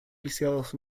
lisiados